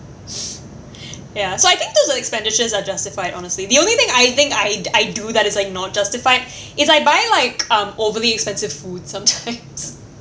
ya so I think those expenditures are justified honestly the only thing I think I I do that is like not justified is I buy like um overly expensive foods sometimes